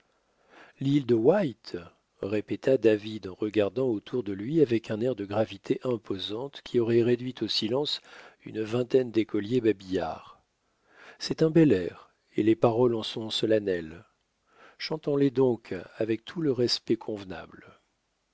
l'île de wight répéta david en regardant autour de lui avec un air de gravité imposante qui aurait réduit au silence une vingtaine d'écoliers babillards c'est un bel air et les paroles en sont solennelles chantons les donc avec tout le respect convenable